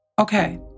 Okay